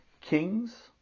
kings